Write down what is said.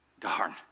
Darn